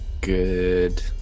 good